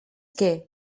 que